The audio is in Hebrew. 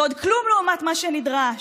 זה עוד כלום לעומת מה שנדרש.